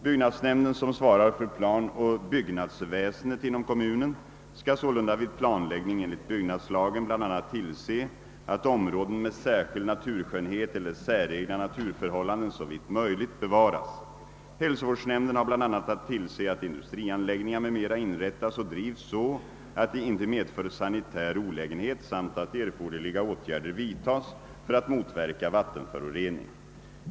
Byggnadsnämnden som svarar för planoch byggnadsväsendet inom kommunen skall sålunda vid planläggning enligt byggnadslagen bl.a. tillse att områden med särskild naturskönhet eller säregna: naturförhållanden såvitt möjligt bevaras. Hälsovårdsnämnden har bl.a. att tillse att industrianläggningar m.m. inrättas och drivs så att de inte medför sanitär olägenhet samt att erforderliga åtgärder vidtas för att motverka vattenförorening.